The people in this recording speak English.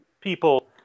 people